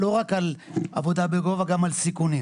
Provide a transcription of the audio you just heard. לא רק על עבודה בגובה, גם על סיכונים.